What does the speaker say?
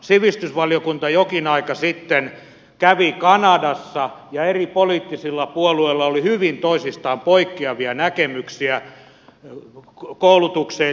sivistysvaliokunta jokin aika sitten kävi kanadassa ja eri poliittisilla puolueilla oli hyvin toisistaan poikkeavia näkemyksiä koulutukseen liittyen